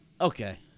Okay